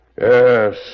Yes